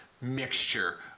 mixture